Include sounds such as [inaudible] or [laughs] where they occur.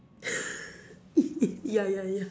[laughs] ya ya ya